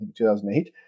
2008